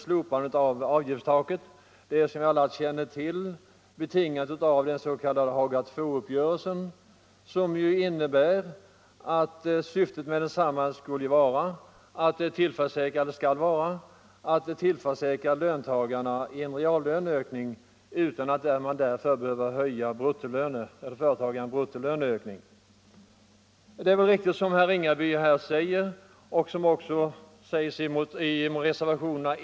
Motivet är helt enkelt finansiering av de sänkningar av den direkta statsskatten som skall göras.